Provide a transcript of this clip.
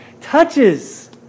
touches